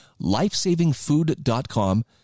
Lifesavingfood.com